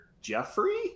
Jeffrey